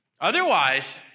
Otherwise